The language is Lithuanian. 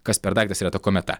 kas per daiktas yra ta kometa